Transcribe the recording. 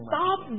Stop